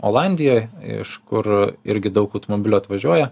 olandijoj iš kur irgi daug automobilių atvažiuoja